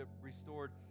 restored